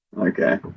Okay